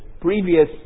previous